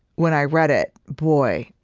when i read it, boy,